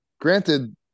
granted